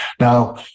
Now